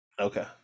Okay